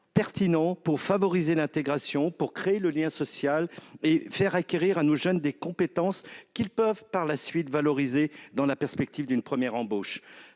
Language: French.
pertinent pour favoriser l'intégration, pour créer le lien social et pour faire acquérir à nos jeunes des compétences, qu'ils peuvent par la suite valoriser dans le cadre d'une première embauche.